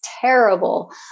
terrible